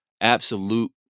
absolute